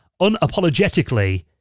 unapologetically